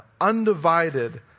undivided